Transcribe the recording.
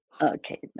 Okay